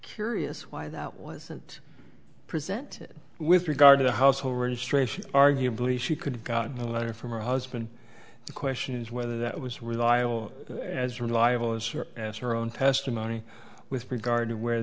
curious why that wasn't present with regard to household registration arguably she could have gotten a letter from her husband the question is whether that was reliable as reliable as her as her own testimony with regard to where